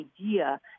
idea